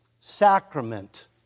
sacrament